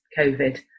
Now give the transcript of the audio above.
Covid